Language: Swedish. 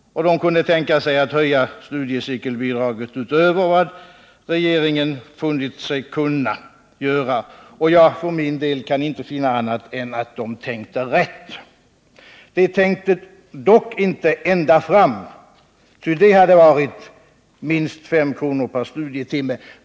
De kunde tänka sig att höja studiecirkelbidraget utöver vad regeringen funnit sig kunna göra. Jag kan för min del inte finna annat än att de tänkte rätt. De tänkte dock inte ända fram, ty det hade inneburit en ökning med minst 5 kr. per studietimme.